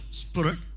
spirit